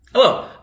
Hello